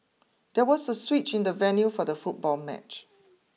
there was a switch in the venue for the football match